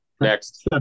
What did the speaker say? next